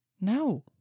No